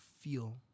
feel